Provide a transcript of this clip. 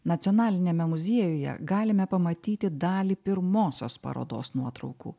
nacionaliniame muziejuje galime pamatyti dalį pirmosios parodos nuotraukų